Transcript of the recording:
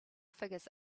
figures